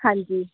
ਹਾਂਜੀ